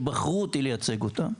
שבחרו אותי לייצג אותם,